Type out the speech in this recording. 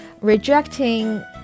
rejecting